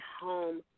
home